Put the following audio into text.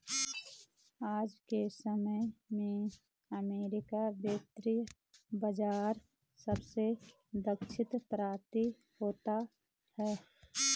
आज के समय में अमेरिकी वित्त बाजार सबसे दक्ष प्रतीत होता है